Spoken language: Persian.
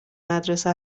مدرسه